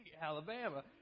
Alabama